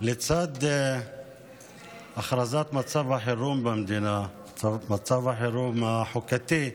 לצד הכרזת מצב החירום במדינה, מצב החירום החוקתי,